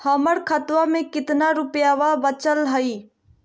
हमर खतवा मे कितना रूपयवा बचल हई?